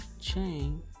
chain